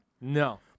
No